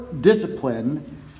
discipline